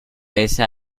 pese